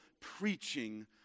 preaching